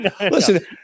Listen